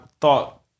thought